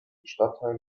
stadtteil